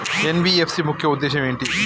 NBFC ముఖ్య ఉద్దేశం ఏంటి?